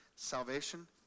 salvation